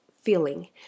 feeling